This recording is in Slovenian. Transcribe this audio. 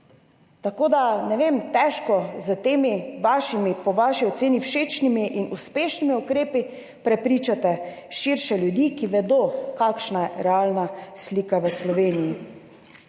hrane. Ne vem, težko s temi vašimi, po vaši oceni, všečnimi in uspešnimi ukrepi širše prepričate ljudi, ki vedo, kakšna je realna slika v Sloveniji.